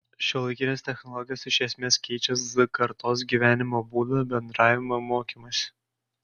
šiuolaikinės technologijos iš esmės keičia z kartos gyvenimo būdą bendravimą mokymąsi